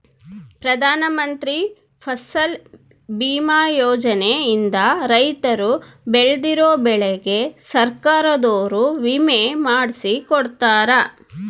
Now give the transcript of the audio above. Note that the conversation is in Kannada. ಪ್ರಧಾನ ಮಂತ್ರಿ ಫಸಲ್ ಬಿಮಾ ಯೋಜನೆ ಇಂದ ರೈತರು ಬೆಳ್ದಿರೋ ಬೆಳೆಗೆ ಸರ್ಕಾರದೊರು ವಿಮೆ ಮಾಡ್ಸಿ ಕೊಡ್ತಾರ